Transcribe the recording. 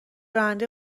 راننده